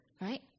right